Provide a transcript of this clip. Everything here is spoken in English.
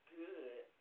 good